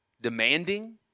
demanding